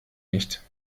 nicht